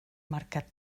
marcat